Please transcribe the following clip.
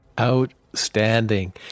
Outstanding